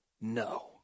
No